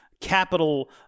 capital